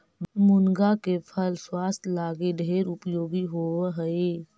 मुनगा के फल स्वास्थ्य लागी ढेर उपयोगी होब हई